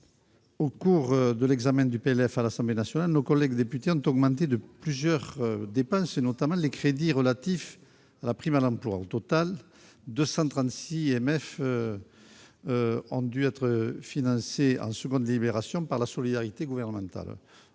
de loi de finances à l'Assemblée nationale, nos collègues députés ont augmenté plusieurs dépenses, notamment les crédits relatifs à la prime pour l'emploi. Au total, 236 millions d'euros ont dû être financés en seconde délibération par la « solidarité gouvernementale